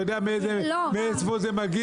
אתה יודע מאיפה זה מגיע,